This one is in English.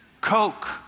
Coke